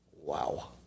Wow